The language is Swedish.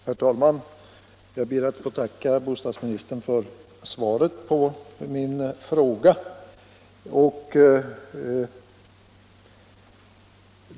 Herr talman! Jag ber att få tacka bostadsministern för svaret på min fråga.